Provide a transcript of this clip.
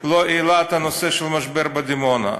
לא העלה את הנושא של המשבר בדימונה.